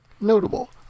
notable